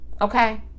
okay